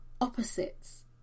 opposites